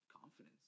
confidence